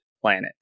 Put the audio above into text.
planet